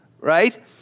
right